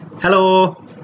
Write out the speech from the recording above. Hello